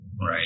right